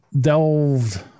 delved